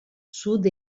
sud